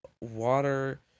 water